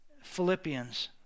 Philippians